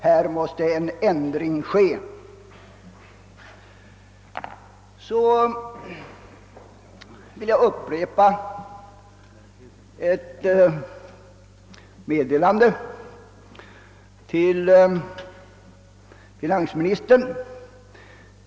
Där måste vi få en ändring till stånd! Sedan vill jag ännu en gång rätta ett uttalande av finansministern.